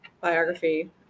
biography